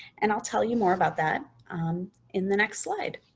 and i'll tell you more about that in the next slide.